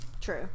True